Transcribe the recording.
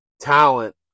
talent